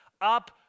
up